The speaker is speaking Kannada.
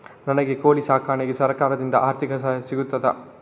ನನಗೆ ಕೋಳಿ ಸಾಕಾಣಿಕೆಗೆ ಸರಕಾರದಿಂದ ಆರ್ಥಿಕ ಸಹಾಯ ಸಿಗುತ್ತದಾ?